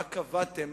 מה קבעתם,